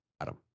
Adam